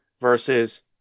versus